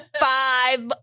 Five